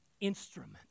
instrument